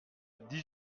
dix